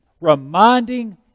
reminding